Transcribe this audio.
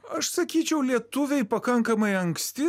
aš sakyčiau lietuviai pakankamai anksti